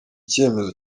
cyemezo